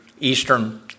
Eastern